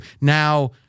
Now